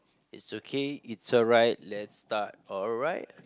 it's okay it's alright let's start alright